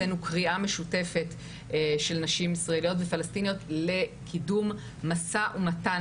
קריאה משותפת של נשים ישראליות ופלסטיניות לקידום משא ומתן